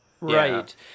right